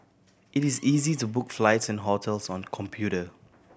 it is easy to book flights and hotels on the computer